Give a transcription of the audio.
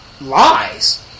lies